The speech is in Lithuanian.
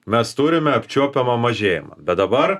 mes turime apčiuopiamą mažėjimą bet dabar